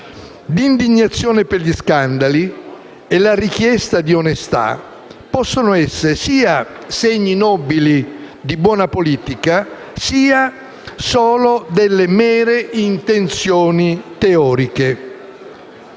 L'indignazione per gli scandali e la richiesta di onestà possono essere sia segni nobili di buona politica sia delle mere intenzioni teoriche.